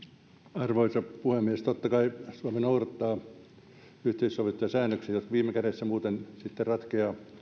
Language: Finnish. arvoisa puhemies totta kai suomi noudattaa yhteisesti sovittuja säännöksiä jotka viime kädessä muuten sitten ratkeavat